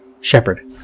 Shepard